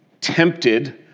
tempted